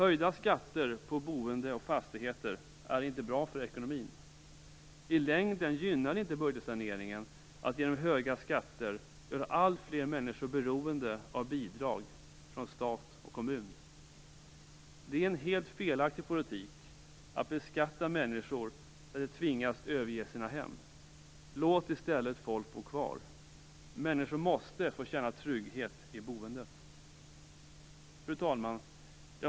Höjda skatter på boende och fastigheter är inte bra för ekonomin. I längden gynnar det inte budgetsaneringen att på grund av höga skatter göra alltfler människor beroende av bidrag från stat och kommun. Det är en helt felaktig politik att beskatta människor så att de tvingas överge sina hem. Låt i stället folk bo kvar. Människor måste få känna trygghet i boendet. Fru talman!